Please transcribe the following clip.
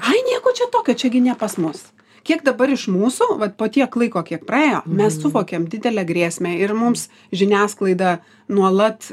ai nieko čia tokio čia gi ne pas mus kiek dabar iš mūsų vat po tiek laiko kiek praėjo mes suvokiam didelę grėsmę ir mums žiniasklaida nuolat